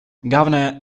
governor